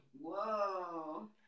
Whoa